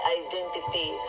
identity